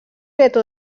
gueto